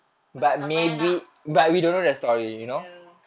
macam tak payah nak ya